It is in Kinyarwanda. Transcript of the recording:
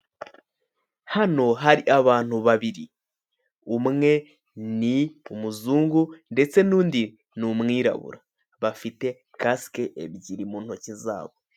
Hano hari abantu babiri umwe ni umuzungu ndetse n'undi ni umwirabura bafite kasike ebyiri mu ntoki zabo.